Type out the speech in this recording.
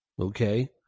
okay